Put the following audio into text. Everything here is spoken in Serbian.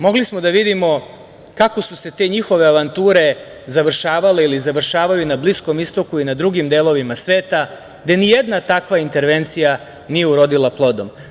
Mogli smo da vidimo kako su se te njihove avanture završavale na Bliskom istoku i na drugim delovima sveta, gde nijedna takva intervencija nije urodila plodom.